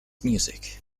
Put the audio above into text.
music